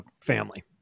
family